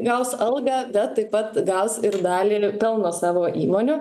gaus algą bet taip pat gaus ir dalį pelno savo įmonių